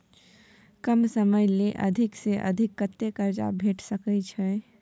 कम समय ले अधिक से अधिक कत्ते कर्जा भेट सकै छै?